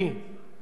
ואמר לי: